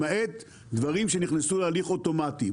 למעט דברים שנכנסו להליך אוטומטי.